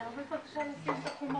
הרבה שנים במשכן,